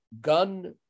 gun